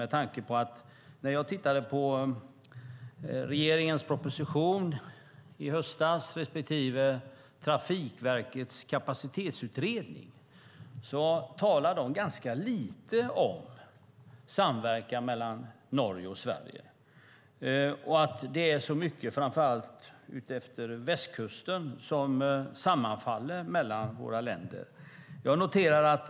Jag noterade när jag tittade på regeringens proposition i höstas respektive Trafikverkets kapacitetsutredning att de talar ganska litet om samverkan mellan Norge och Sverige och att det är mycket framför allt utefter västkusten som sammanfaller mellan våra länder.